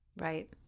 right